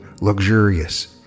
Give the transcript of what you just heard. luxurious